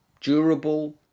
durable